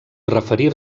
referir